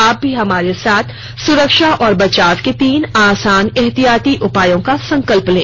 आप भी हमारे साथ सुरक्षा और बचाव के तीन आसान एहतियाती उपायों का संकल्प लें